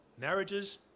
marriages